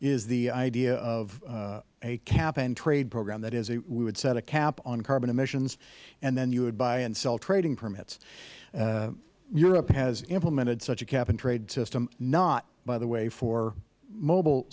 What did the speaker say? is the idea of a cap and trade program that is we would set a cap on carbon emissions and then you would buy and sell trading permits europe has implemented such a cap and trade system not by the way for mobile